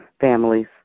families